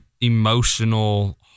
emotional